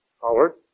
Howard